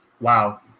Wow